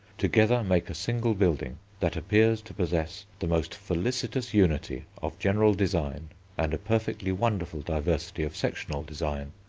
together make a single building that appears to possess the most felicitous unity of general design and a perfectly wonderful diversity of sectional design,